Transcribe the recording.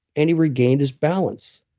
and he regained his balance.